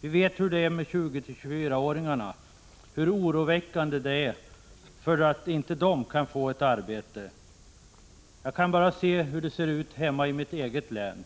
Vi vet hur det är med 20-24-åringarna, hur oroväckande det är att inte de kan få ett arbete. Jag vet hur det ser ut hemma i mitt eget län.